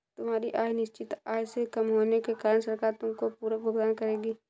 तुम्हारी आय निश्चित आय से कम होने के कारण सरकार तुमको पूरक भुगतान करेगी